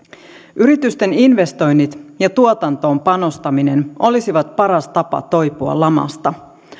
yritysten investoinnit ja tuotantoon panostaminen olisivat paras tapa toipua lamasta